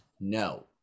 no